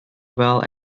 well